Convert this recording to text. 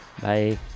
Bye